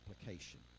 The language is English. application